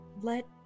let